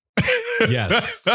Yes